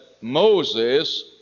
Moses